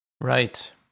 right